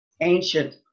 ancient